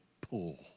pull